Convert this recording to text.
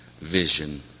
vision